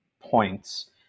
points